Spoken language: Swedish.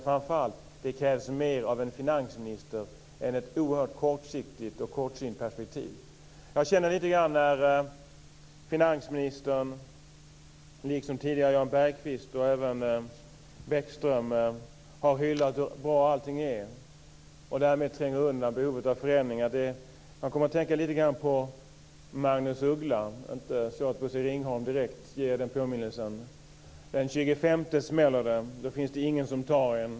Framför allt krävs det mer av en finansminister än ett oerhört kortsiktigt och kortsynt perspektiv. Finansministern, liksom tidigare Jan Bergqvist och även Lars Bäckström, har sagt hur bra allting är och tränger därmed undan behovet av förändringar. Jag kommer att tänka lite grann på Magnus Uggla, även om det inte är Bosse Ringholm som direkt ger mig den påminnelsen: Den 25 smäller det. Då finns det ingen som tar en.